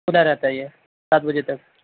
کھلا رہتا ہے یہ سات بجے تک